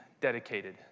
dedicated